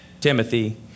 Timothy